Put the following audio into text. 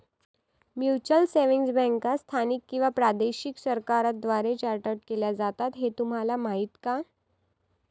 Mutual savings बँका स्थानिक किंवा प्रादेशिक सरकारांद्वारे चार्टर्ड केल्या जातात हे तुम्हाला माहीत का?